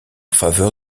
faveur